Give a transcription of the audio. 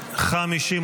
נתקבל.